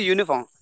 Uniform